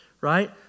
right